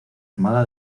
armada